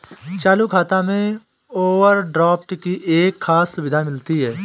चालू खाता में ओवरड्राफ्ट की एक खास सुविधा मिलती है